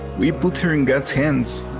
we put her in god's hands.